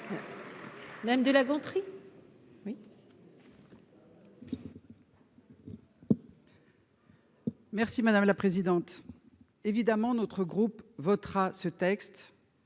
Madame de La Gontrie. Merci madame la présidente, évidemment, notre groupe votera ce texte